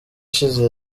ishize